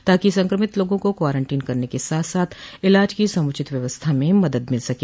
ताकि संक्रमित लोगों को क्वारंटीन करने के साथ साथ इलाज की समुचित व्यवस्था में मदद मिल सके